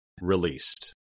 released